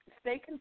stay